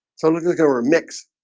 so look look overmix